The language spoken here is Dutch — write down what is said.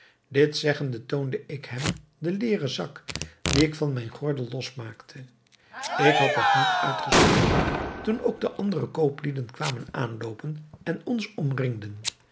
dit zeggende toonde ik hem den leêren zak dien ik van mijn gordel losmaakte ik had nog niet uitgesproken toen ook de andere kooplieden kwamen aanloopen en ons omringden